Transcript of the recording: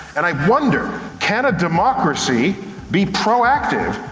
and i wonder, can a democracy be proactive?